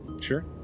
Sure